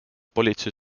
politsei